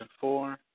four